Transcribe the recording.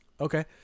Okay